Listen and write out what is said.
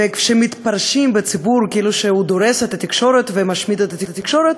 ושמתפרשים בציבור כאילו הוא דורס את התקשורת ומשמיד את התקשורת,